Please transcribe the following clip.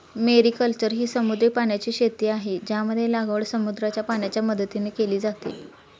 mariculture ही समुद्री पाण्याची शेती आहे, ज्यामध्ये लागवड समुद्राच्या पाण्याच्या मदतीने केली जाते